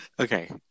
Okay